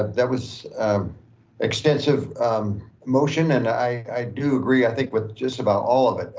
that was extensive motion and i do agree, i think with just about all of it,